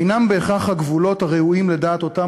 אינם בהכרח הגבולות הראויים לדעת אותם